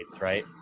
Right